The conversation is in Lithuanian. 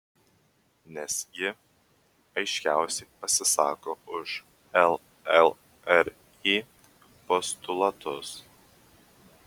nes ji aiškiausiai pasisako už llri postulatus